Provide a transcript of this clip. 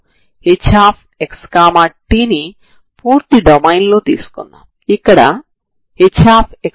మనం two dimension లో వున్న తరంగ సమీకరణాన్ని కూడా పరిష్కరించవచ్చు సరేనా